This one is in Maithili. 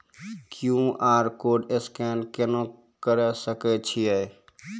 क्यू.आर कोड स्कैन केना करै सकय छियै?